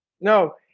No